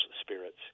spirits